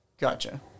Gotcha